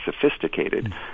sophisticated